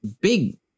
big